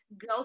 go